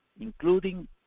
including